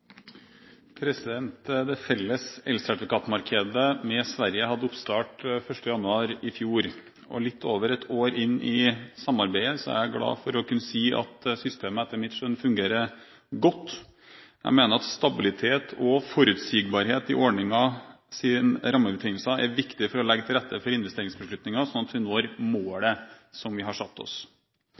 i. Det felles elsertifikatmarkedet med Sverige hadde oppstart 1. januar i fjor, og litt over ett år inn i samarbeidet er jeg glad for å kunne si at systemet, etter mitt skjønn, fungerer godt. Jeg mener at stabilitet og forutsigbarhet i ordningens rammebetingelser er viktig for å legge til rette for investeringsbeslutninger, slik at vi når målet som vi har satt oss.